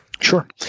sure